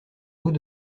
haut